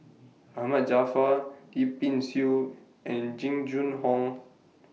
Ahmad Jaafar Yip Pin Xiu and Jing Jun Hong